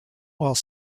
while